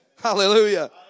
Hallelujah